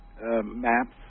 maps